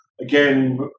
Again